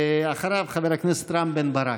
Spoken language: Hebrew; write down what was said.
אחריו, חבר הכנסת רם בן ברק.